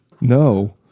no